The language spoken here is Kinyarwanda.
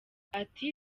ati